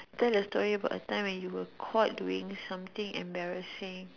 tell a story about a time when you were caught doing something embarrassing